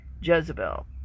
Jezebel